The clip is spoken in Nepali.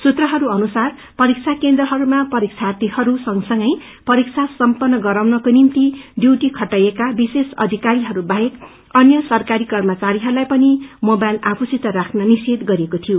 सूत्रहरू अनुसार परीक्षा केन्द्रहरूमा परीक्षार्थीहरू संगसंगै परीक्षा सम्पन्न गराउनको निम्ति डयूटी खटाइएका विशेष अधिकारीहरू बाहेक अन्य सरकारी कर्मचारीहरूलाई पनि मोबाईल आफूसित राख्न निषेध गरिएको शियो